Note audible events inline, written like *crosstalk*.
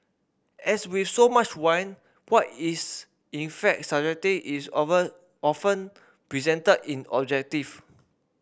as with so much in wine what is in fact *unintelligible* is over often presented in objective